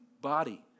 body